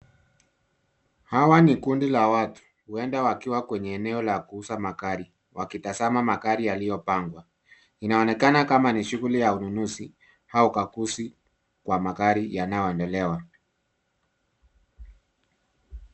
Hawa ni kundi la watu, huenda wakiwa kwenye eneo la kuuza magari wakitazama magari yaliyopangwa . Inaonekana kama shughuli ya ununuzi au ukaguzi wa magari yanayoondolewa.